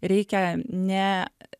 reikia ne